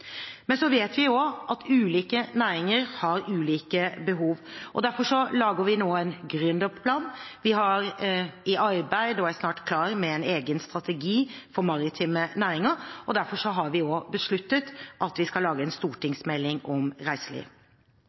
Men vi vet òg at ulike næringer har ulike behov. Derfor lager vi nå en gründerplan, vi har i arbeid – og er snart klare med – en egen strategi for maritime næringer, og derfor har vi òg besluttet at vi skal lage en stortingsmelding om reiseliv.